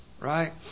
right